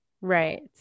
Right